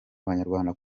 abanyarwanda